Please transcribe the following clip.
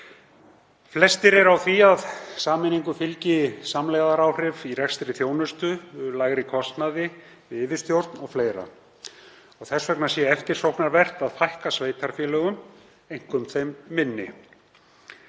Flestir eru á því að sameiningu fylgi samlegðaráhrif í rekstri þjónustu, lægri kostnaður við yfirstjórn o.fl., þess vegna sé eftirsóknarvert að fækka sveitarfélögum, einkum þeim minni.